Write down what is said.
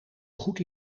goed